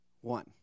One